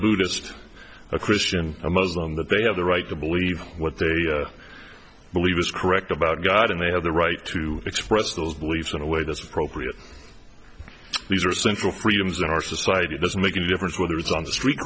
buddhist a christian a muslim that they have the right to believe what they believe is correct about god and they have the right to express those beliefs in a way that's appropriate these are sinful freedoms in our society it doesn't make any difference whether it's on the street